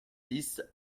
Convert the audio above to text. dix